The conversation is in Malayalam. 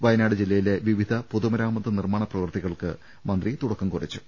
വയനാട് ജില്ലയിലെ വിവിധ പൊതുമരാമത്ത് നിർമ്മാണ പ്രവർത്തികൾക്ക് മന്ത്രി തുടക്കം കുറിച്ചു